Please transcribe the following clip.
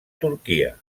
turquia